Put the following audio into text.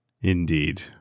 Indeed